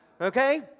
Okay